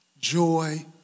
joy